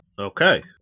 Okay